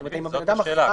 זאת השאלה,